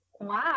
Wow